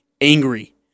angry